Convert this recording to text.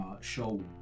show